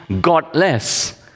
godless